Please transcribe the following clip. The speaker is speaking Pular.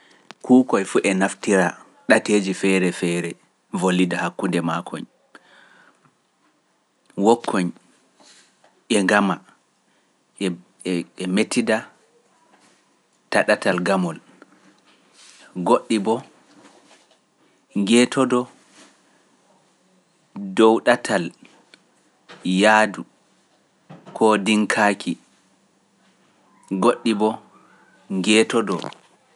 Kuukoy fu e naftira ɗateeji feere feere volida hakkude maa koñ, wokoñ e ngama e mettida taɗatal gamol, goɗɗi boo, ngeetodo dow ɗatal yaadu koo ɗiŋkaaki, ƴoƴɗi ɓo ƴeetodo.